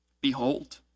Behold